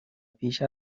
پیش